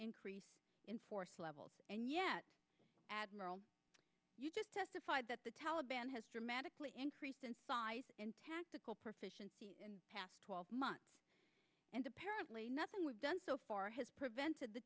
increase in force levels and yet admiral you just testified that the taliban has dramatically increased in size in tactical proficiency past twelve months and apparently nothing was done so far has prevented the